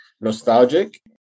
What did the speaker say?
nostalgic